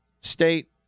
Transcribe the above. state